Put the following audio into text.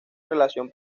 relación